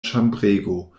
ĉambrego